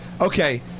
okay